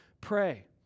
pray